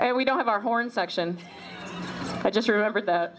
no we don't have our horn section i just remembered that